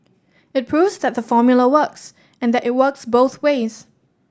it proves that the formula works and that it works both ways